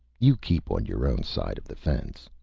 you keep on your own side of the fence.